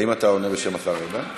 האם אתה עונה בשם השר ארדן?